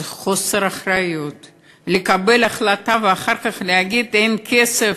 זה חוסר אחריות לקבל החלטה ואחר כך להגיד: אין כסף.